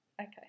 Okay